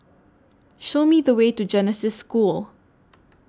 Show Me The Way to Genesis School